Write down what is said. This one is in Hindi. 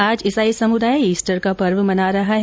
आज ईसाई समुदाय ईस्टर का पर्व मना रहा है